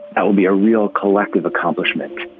that would be a real collective accomplishment